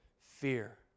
fear